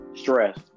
Stress